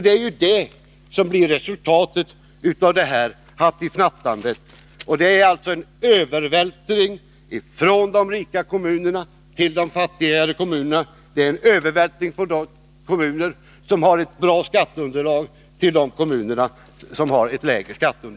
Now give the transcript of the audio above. Det blir ju resultatet av detta hattifnattande. Det sker en övervältring av resurser från de rika kommunerna till de fattigare och en övervältring från de kommuner som har ett bra skatteunderlag till dem som har ett lägre.